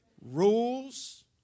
Rules